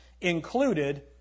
included